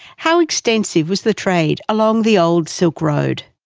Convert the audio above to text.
how extensive was the trade along the old silk road?